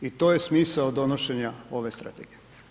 I to je smisao donošenja ove strategije.